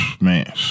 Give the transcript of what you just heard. man